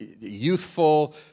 youthful